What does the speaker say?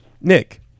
Nick